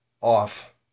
off